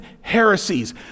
heresies